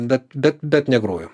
bet bet bet negrojom